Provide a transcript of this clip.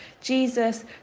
Jesus